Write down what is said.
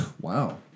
wow